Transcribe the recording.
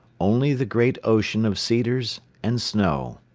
only the great ocean of cedars and snow.